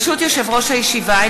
ברשות יושב-ראש הישיבה,